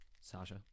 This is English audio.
Sasha